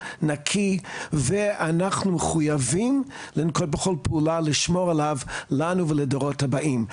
נקי ואנחנו מחויבים לנקוט בכל פעולה לשמור עליו לנו ולדורות הבאים.